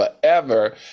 forever